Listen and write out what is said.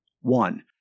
One